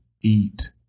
eat